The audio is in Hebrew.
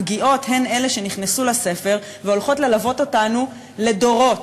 הפגיעות הן אלה שנכנסו לספר והולכות ללוות אותנו לדורות.